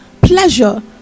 pleasure